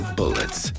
bullets